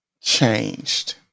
changed